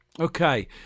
Okay